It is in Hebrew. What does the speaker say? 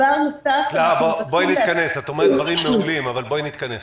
קלרה, את אומרת דברים מעולים, אבל בואי נתכנס.